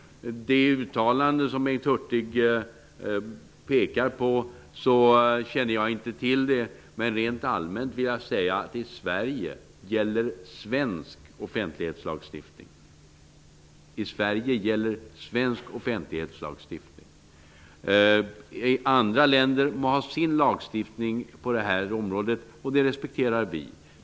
Det uttalande som Bengt Hurtig pekar på känner jag inte till, men rent allmänt vill jag säga att i Sverige gäller svensk offentlighetslagstiftning. Andra länder må ha sin lagstiftning på det området, och det respekterar vi.